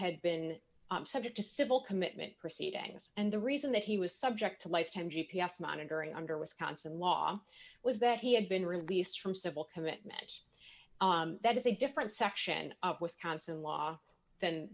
had been subject to civil commitment proceedings and the reason that he was subject to lifetime g p s monitoring under wisconsin law was that he had been released from civil commitment that is a different section of wisconsin law than